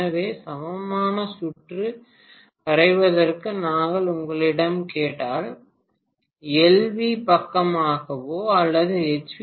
எனவே சமமான சுற்று வரைவதற்கு நாங்கள் உங்களிடம் கேட்டால் எல்வி பக்கமாகவோ அல்லது எச்